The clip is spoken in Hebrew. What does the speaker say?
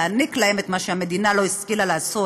להעניק להם את מה שהמדינה לא השכילה לעשות